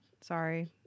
Sorry